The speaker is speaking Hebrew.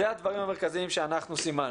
אבל אלה הדברים המרכזיים שאנחנו סימנו.